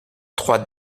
trois